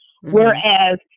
whereas